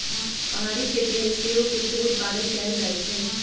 पहारी खेती में सेओ के खूब उत्पादन कएल जाइ छइ